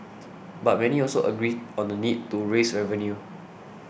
but many also agree on the need to raise revenue